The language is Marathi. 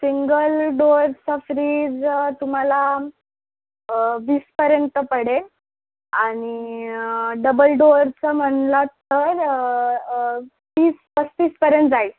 सिंगल डोअरचा फ्रीज तुम्हाला वीसपर्यंत पडेल आणि डबल डोअरचं म्हटला तर तीस पस्तीसपर्यंत जाईल